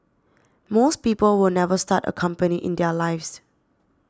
most people will never start a company in their lives